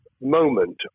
moment